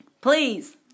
please